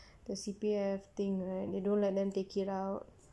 the C_P_F thing right they don't let them take it out